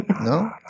No